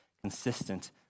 consistent